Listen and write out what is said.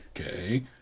okay